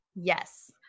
Yes